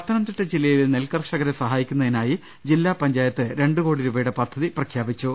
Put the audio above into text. പത്തനംതിട്ട ജില്ലയിലെ നെൽ കൽഷകർ സഹായിക്കു ന്നതിനായി ജില്ലാ പഞ്ചായത്ത് രണ്ട് കോടി രൂപയുടെ പദ്ധതി പ്രഖ്യാപിച്ചു